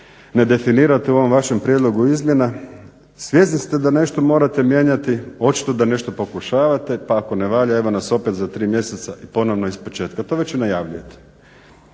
ne definirate u ovom vašem prijedlogu izmjena. Svjesni ste da nešto morate mijenjati, očito da nešto pokušavate pa ako ne valja evo nas opet za 3 mjeseca i ponovno ispočetka. To već najavljujete.